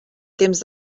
temps